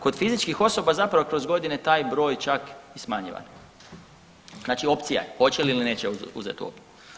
Kod fizičkih osoba zapravo kroz godine taj broj čak i smanjivan, znači opcija je hoće li ili neće uzeti u obzir.